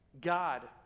God